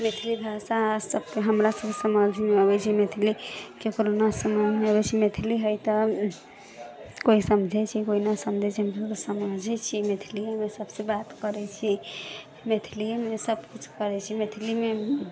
मैथिली भाषा सबके हमरा सबके समाजमे अबै छै मैथिलीके समाजमे अबै छै मैथिली है तऽ कोइ समझै छै कोइ न समझै छै हम सब तऽ समझै छियै मैथिलियेमे सबसँ बात करै छियै मैथिलियेमे सब कुछ करै छियै मैथिलीमे